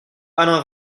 alain